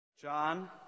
John